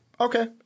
okay